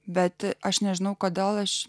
bet aš nežinau kodėl aš